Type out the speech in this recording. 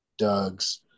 Dougs